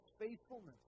faithfulness